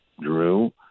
Drew